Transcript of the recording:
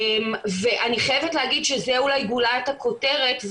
ואני חייבת להגיד שזאת אולי גולת הכותרת,